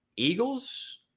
Eagles